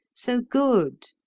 so good.